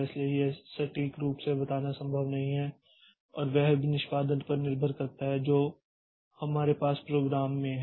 इसलिए यह सटीक रूप से बताना संभव नहीं है और वह भी निष्पादन पर निर्भर करता है जो हमारे पास प्रोग्राम में है